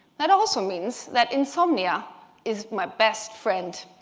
that also means that insomnia is my best friend.